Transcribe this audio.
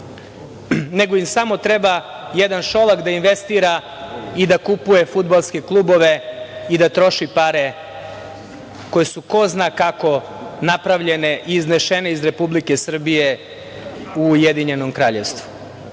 nego im samo treba jedan Šolak da investira i da kupuje fudbalske klubove i da troši pare koje su ko zna kako napravljene i iznešene iz Republike Srbije u Ujedinjeno Kraljevstvo. To